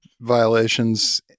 violations